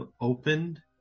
opened